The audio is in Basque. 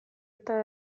eta